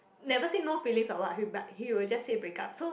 never say no feelings or what he will be like he will just say break up so